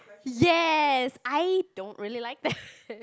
yes I don't really like that